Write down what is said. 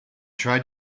tried